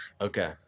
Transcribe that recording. Okay